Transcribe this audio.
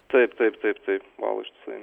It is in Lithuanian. taip taip taip taip valo ištisai